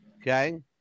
okay